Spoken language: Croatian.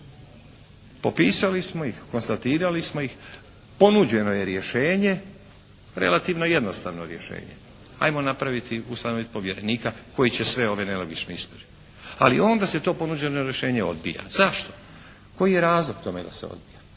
Popisali smo ih, konstatirali smo ih, ponuđeno je rješenje, relativno jednostavno rješenje, ajmo napraviti, ustanoviti povjerenika koje će sve ove …/Govornik se ne razumije./… ali onda se to ponuđeno rješenje odbija. Zašto? Koji je razlog tome da se odbija?